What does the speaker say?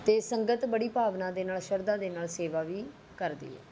ਅਤੇ ਸੰਗਤ ਬੜੀ ਭਾਵਨਾ ਦੇ ਨਾਲ ਸ਼ਰਧਾ ਦੇ ਨਾਲ ਸੇਵਾ ਵੀ ਕਰਦੀ ਹੈ